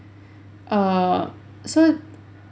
err so